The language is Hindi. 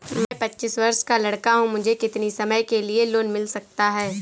मैं पच्चीस वर्ष का लड़का हूँ मुझे कितनी समय के लिए लोन मिल सकता है?